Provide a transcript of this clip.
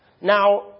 Now